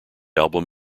album